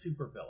supervillain